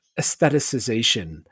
aestheticization